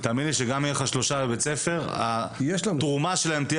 תאמין לי שגם אם יהיו שלושה בבית הספר התרומה שלהם תהיה